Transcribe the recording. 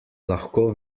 lahko